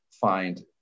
find